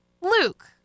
Luke